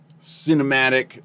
cinematic